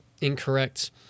incorrect